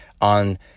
on